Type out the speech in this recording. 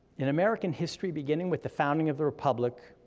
in american history, beginning with the founding of the republic,